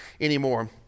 anymore